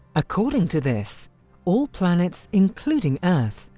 according to this all planets, including earth,